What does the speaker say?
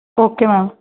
okay ma'am